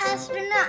Astronaut